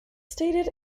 stated